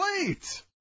wait